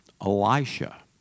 Elisha